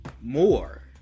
more